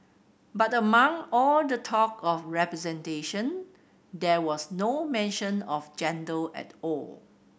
but among all the talk of representation there was no mention of gender at all